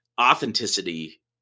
authenticity